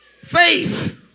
faith